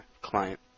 client